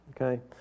okay